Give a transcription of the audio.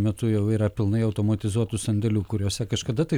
metu jau yra pilnai automatizuotų sandėlių kuriuose kažkada tai